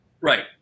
Right